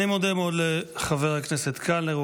אני מודה מאוד לחבר הכנסת קלנר.